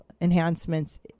enhancements